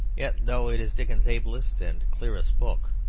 yet though it is dickens's ablest and clearest book,